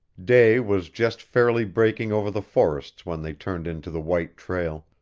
day was just fairly breaking over the forests when they turned into the white trail,